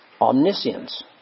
omniscience